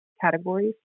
Categories